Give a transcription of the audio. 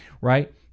right